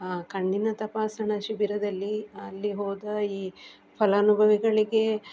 ಕಣ್ಣಿನ ತಪಾಸಣ ಶಿಬಿರದಲ್ಲಿ ಅಲ್ಲಿ ಹೋದ ಈ ಫಲಾನುಭವಿಗಳಿಗೆ